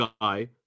guy